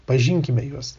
pažinkime juos